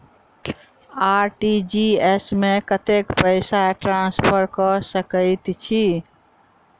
RTGS मे कतेक पैसा ट्रान्सफर कऽ सकैत छी?